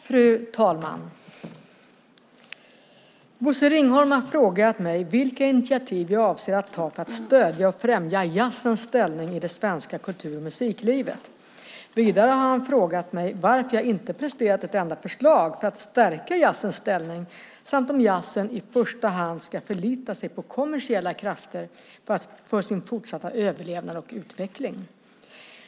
Fru talman! Bosse Ringholm har frågat mig vilka initiativ jag avser att ta för att stödja och främja jazzens ställning i det svenska kultur och musiklivet. Vidare har han frågat mig varför jag inte presterat ett enda förslag för att stärka jazzens ställning samt om jazzen i första hand ska förlita sig på kommersiella krafter för sin fortsatta överlevnad och utveckling.